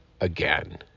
again